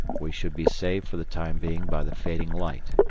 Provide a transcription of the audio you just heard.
we should be saved for the time being by the fading light,